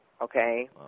okay